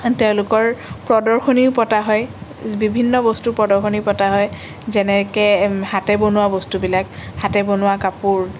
তেওঁলোকৰ প্ৰদৰ্শনীও পতা হয় বিভিন্ন বস্তুৰ প্ৰদৰ্শনী পতা হয় যেনেকৈ হাতে বনোৱা বস্তুবিলাক হাতে বনোৱা কাপোৰ